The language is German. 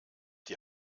die